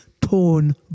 torn